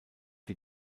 die